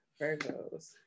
Virgos